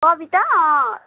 कविता अँ